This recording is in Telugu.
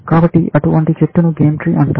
కాబట్టి అటువంటి చెట్టును గేమ్ ట్రీ అంటారు